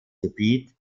gebiet